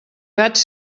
gats